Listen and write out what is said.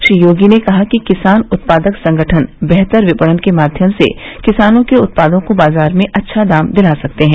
श्री योगी ने कहा कि किसान उत्पादक संगठन बेहतर विपणन के माध्यम से किसानों के उत्पादों को बाजार में अच्छा दाम दिला सकते हैं